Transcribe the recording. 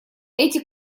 эти